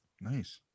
Nice